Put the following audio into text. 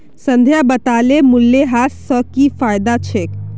संध्या बताले मूल्यह्रास स की फायदा छेक